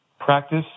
practice